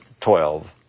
twelve